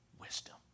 wisdom